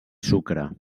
sucre